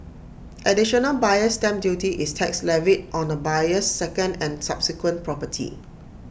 additional buyer's stamp duty is tax levied on A buyer's second and subsequent property